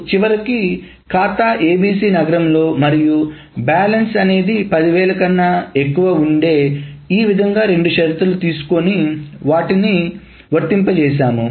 చివరకు ఖాతా ABC నగరంలో మరియు బ్యాలెన్స్ 10000 లో ఉండే ఈ విధముగా రెండు షరతులు తీసుకుని వాటిని అని వర్తింపజేశాము